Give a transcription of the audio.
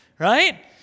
Right